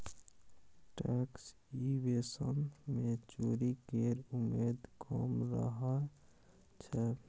tax evasion मे चोरी केर उमेद कम रहय छै